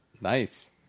Nice